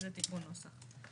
זה תיקון נוסח.